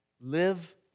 Live